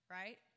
Right